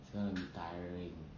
it's gonna be tiring